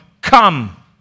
Come